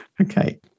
Okay